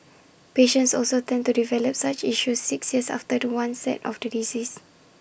patients also tend to develop such issues six years after The One set of the disease